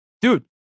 dude